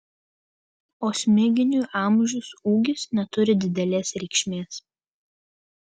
o smiginiui amžius ūgis neturi didelės reikšmės